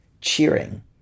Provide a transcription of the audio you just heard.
cheering